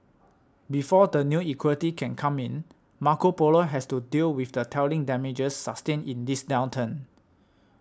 before the new equity can come in Marco Polo has to deal with the telling damages sustained in this downturn